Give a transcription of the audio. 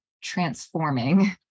transforming